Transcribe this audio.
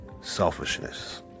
selfishness